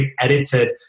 edited